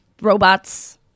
robots